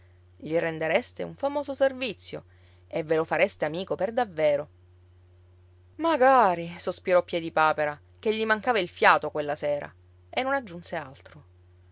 gli rendereste un famoso servizio e ve lo fareste amico per davvero magari sospirò piedipapera ché gli mancava il fiato quella sera e non aggiunse altro